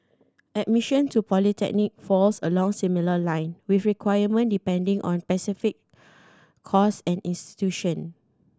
admission to a polytechnic falls along similar line with requirement depending on specific course and institution